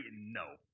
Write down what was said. No